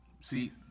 See